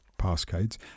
passcodes